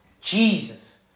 Jesus